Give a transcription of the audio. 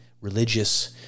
Religious